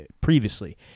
previously